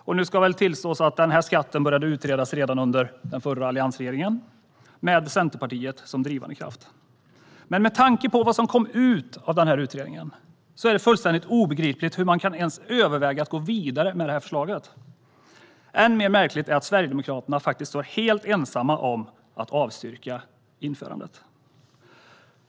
Det ska väl tillstås att denna skatt började utredas redan under den förra alliansregeringen, med Centerpartiet som drivande kraft, men med tanke på vad som kom fram av utredningen är det fullständigt obegripligt hur man ens kan överväga att gå vidare med förslaget. Än mer märkligt är det att Sverigedemokraterna faktiskt var helt ensamma om att avstyrka införandet.